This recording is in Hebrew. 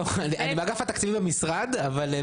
לא, אני מאגף התקציבים במשרד הבריאות.